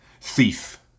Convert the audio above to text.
thief